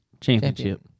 championship